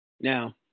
Now